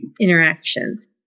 interactions